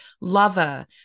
lover